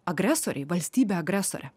agresoriai valstybė agresorė